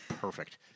perfect